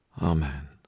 Amen